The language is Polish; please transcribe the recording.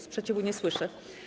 Sprzeciwu nie słyszę.